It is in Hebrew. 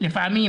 לפעמים